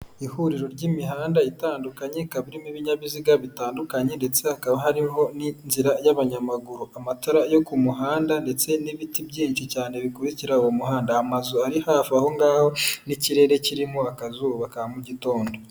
Ihuriro ry'imihanda itandukanye, ikaba irimo ibinyabiziga bitandukanye ndetse hakaba hariho n'inzira y'abanyamaguru, amatara yo ku muhanda ndetse n'ibiti byinshi cyane bikurikira uwo muhanda, amazu ari hafi aho ngaho n'ikirere kirimo akazuba ka mu gitondo.